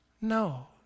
No